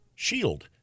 Shield